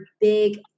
big